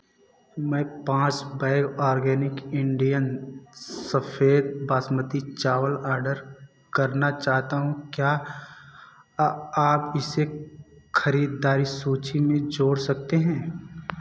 मैं पाँच bag organic Indian सफ़ेद बासमती चावल आर्डर करना चाहता हूँ क्या आ आप इसे खरीददारी सूची में जोड़ सकते हैं